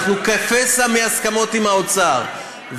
אנחנו כפסע מהסכמות עם האוצר,